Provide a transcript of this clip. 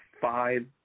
five